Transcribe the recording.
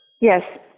Yes